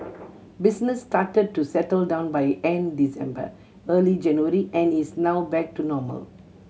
business started to settle down by end December early January and is now back to normal